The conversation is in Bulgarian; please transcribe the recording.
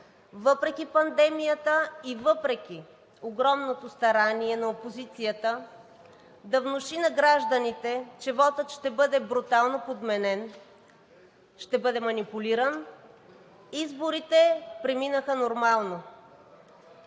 Въпреки пандемията и въпреки огромното старание на опозицията да внуши на гражданите, че вотът ще бъде брутално подменен, ще бъде манипулиран, изборите преминаха нормално.